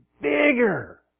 bigger